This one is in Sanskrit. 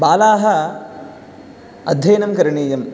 बालाः अध्ययनं करणीयं